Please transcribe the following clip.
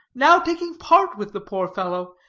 now taking part with the poor fellow,